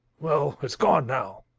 well, it's gone now.